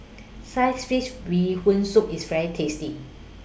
Sliced Fish Bee Hoon Soup IS very tasty